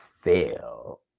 fail